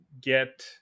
get